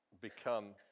become